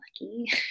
lucky